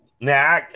Now